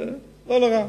לא נורא.